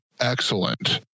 Excellent